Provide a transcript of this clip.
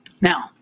Now